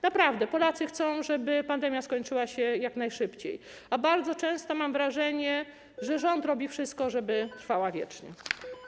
Naprawdę, Polacy chcą, żeby pandemia skończyła się jak najszybciej, a bardzo często mam wrażenie, że rząd robi wszystko, żeby trwała wiecznie.